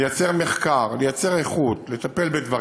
לייצר מחקר, לטפל בדברים.